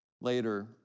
Later